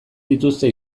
dituzte